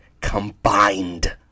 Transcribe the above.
combined